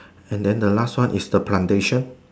and then the last one is the plantation